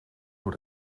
door